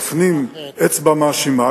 מפנים אצבע מאשימה,